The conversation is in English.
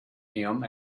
him